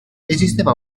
esisteva